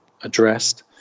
addressed